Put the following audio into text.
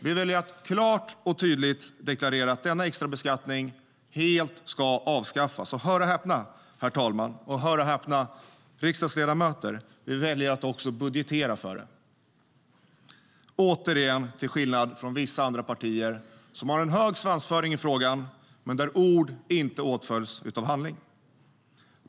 Vi väljer att klart och tydligt deklarera att denna extra beskattning helt ska avskaffas. Och hör och häpna, herr talman och riksdagsledamöter: Vi väljer att också budgetera för detta, återigen till skillnad från vissa andra partier, som har en hög svansföring i frågan, men där ord inte åtföljs av handling.